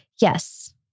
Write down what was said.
Yes